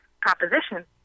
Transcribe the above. proposition